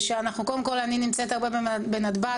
קודם כל אני נמצאת הרבה פעמים בנתב"ג.